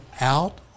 out